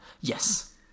Yes